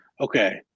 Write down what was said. Okay